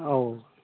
औ